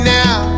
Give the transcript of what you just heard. now